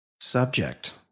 Subject